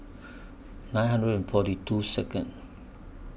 nine hundred and forty two Second